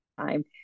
time